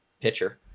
pitcher